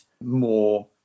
more